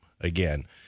again